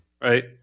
Right